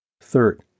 Third